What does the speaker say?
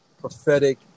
prophetic